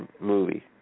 movie